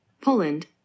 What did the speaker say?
Poland